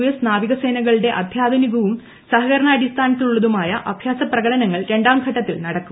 S നാവികസേനകളുടെ അത്യാധുനികവും സഹകരണ അടിസ്ഥാനത്തിൽ ഉള്ളതുമായ അഭ്യാസപ്രകടനങ്ങൾ രണ്ടാംഘട്ടത്തിൽ നടക്കും